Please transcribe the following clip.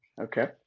Okay